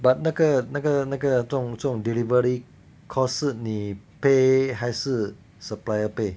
but 那个那个那个这种 delivery cost 是你 pay 还是 supplier pay